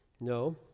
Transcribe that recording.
no